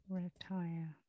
retire